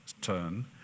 turn